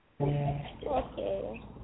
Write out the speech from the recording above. Okay